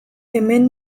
hemen